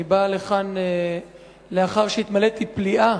אני בא לכאן לאחר שהתמלאתי פליאה